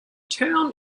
town